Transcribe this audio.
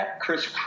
Chris